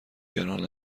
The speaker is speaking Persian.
گران